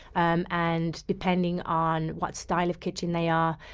um and depending on what style of kitchen they are,